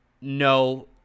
no